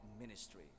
ministry